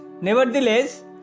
Nevertheless